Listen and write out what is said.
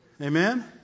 Amen